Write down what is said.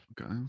Okay